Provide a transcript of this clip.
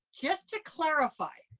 just to clarify,